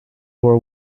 were